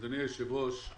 אדוני היושב-ראש,